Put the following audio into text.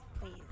please